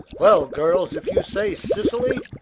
well, girls, if you say sicily,